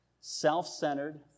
self-centered